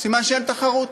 סימן שאין תחרות.